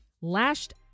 lashed